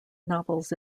novels